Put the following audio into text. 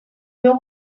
luego